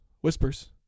whispers